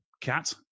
cat